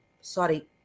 Sorry